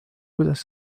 kuidas